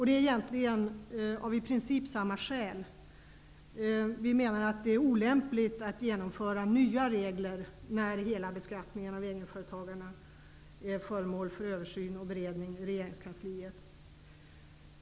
Det är egentligen av samma skäl: Vi menar att det är olämpligt att införa nya regler när frågan om beskattningen av egenföretagarna är föremål för översyn och beredning i regeringskansliet.